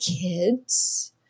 kids